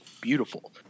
beautiful